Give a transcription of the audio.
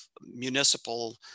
municipal